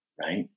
right